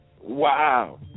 Wow